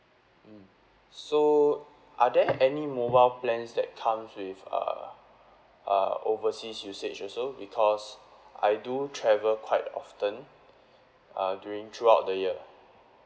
so are there any mobile plans that comes with err err overseas usage also because I do travel quite often uh during throughout the year